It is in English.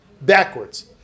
backwards